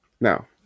Now